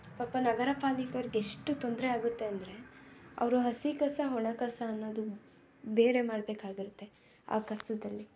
ಪಾಪ ನಗರ ಪಾಲಿಕೆ ಅವ್ರಿಗೆ ಎಷ್ಟು ತೊಂದರೆ ಆಗುತ್ತೆ ಅಂದರೆ ಅವರು ಹಸಿ ಕಸ ಒಣ ಕಸ ಅನ್ನೋದು ಬೇರೆ ಮಾಡಬೇಕಾಗಿರುತ್ತೆ ಆ ಕಸದಲ್ಲಿ